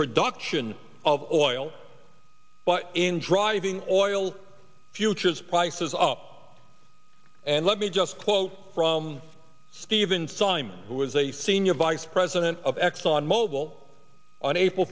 production of oil but in driving oil futures prices up and let me just quote from steven simon who was a senior vice president of exxon mobil on april